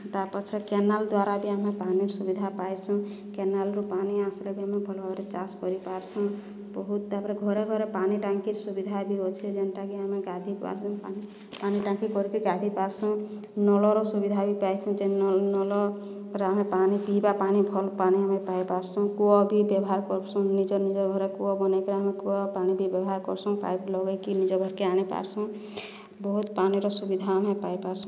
ତା ପଛେ କେନାଲ୍ ଦ୍ଵାରା ବି ଆମେ ପାନିର୍ ସୁବିଧା ପାଇସୁଁ କେନାଲ୍ ରୁ ପାଣି ଆସଲେ ବି ଆମେ ଭଲ୍ ଭାବରେ ଚାଷ୍ କରି ପାର୍ସୁଁ ବହୁତ୍ ତାପରେ ଘରେ ଘରେ ପାଣି ଟାଙ୍କିର୍ ସୁବିଧା ବି ହଉଛେ ଯେନ୍ଟା କି ଆମେ ଗାଧେଇ ପାର୍ସୁଁ ପାଣି ପାଣି ଟାଙ୍କି କରିକି ଗାଧେଇ ପାର୍ସୁଁ ନଳର ସୁବିଧା ବି ପାଇସୁଁ ଯେନ୍ ନଳରେ ଆମେ ପାଣି ପିଇବା ପାଣି ଭଲ୍ ପାଣି ଆମେ ପାଇ ପାର୍ସୁଁ କୂଅ ବି ବ୍ୟବହାର କର୍ସୁଁ ନିଜ ନିଜର୍ ଘରେ କୂଅ ବନେଇକି ଆମେ କୂଅ ପାଣିବି ବ୍ୟବହାର୍ କର୍ସୁଁ ପାଇପ୍ ଲଗାଇକି ନିଜ ଘରକେ ଆମେ ଆଣି ପାର୍ସୁଁ ବହୁତ୍ ପାଣିର ସୁବିଧା ଆମେ ପାଇ ପାର୍ସୁଁ